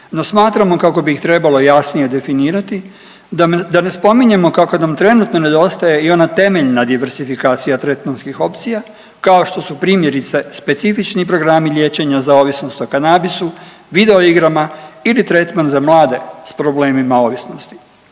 no smatramo kako bi ih trebalo jasnije definirati, da ne spominjemo kako nam trenutno nedostaje i ona temeljna diversifikacija tretmanskih opcija kao što su primjerice specifični programi liječenja za ovisnost o kanabisu, videoigrama ili tretman za mlade s problemima ovisnosti,